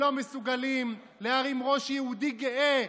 לא מסוגלים להרים ראש יהודי גאה,